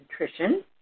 nutrition